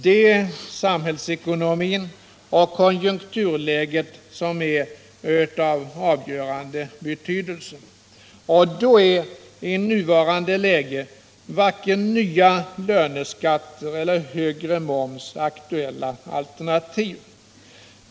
Det är samhällsekonomin och konjunkturläget som har avgörande betydelse. I nuvararande situation är varken nya löneskatter eller högre moms aktuella alternativ.